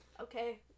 Okay